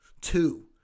Two